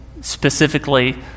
specifically